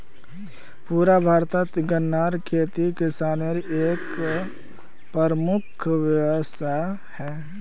पुरा भारतत गन्नार खेती किसानेर एक प्रमुख व्यवसाय छे